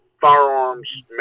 firearms